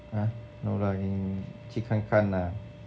ha no lah 你去看看 lah